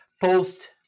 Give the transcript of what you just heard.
post